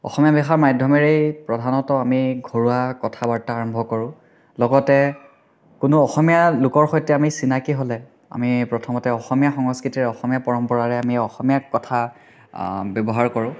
আসমীয়া ভাষাৰ মাধ্যমেৰেই প্ৰধানত আমি ঘৰুৱা কথা বাৰ্তা আৰম্ভ কৰোঁ লগতে কোনো অসমীয়া লোকৰ সৈতে আমি চিনাকি হ'লে আমি প্ৰথমতে অসমীয়া সংস্কৃতিৰ অসমীয়া পৰম্পৰাৰে আমি অসমীয়াত কথা ব্যৱহাৰ কৰোঁ